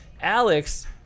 Alex